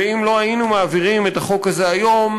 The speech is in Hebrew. ואם לא נעביר את החוק הזה היום,